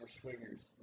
swingers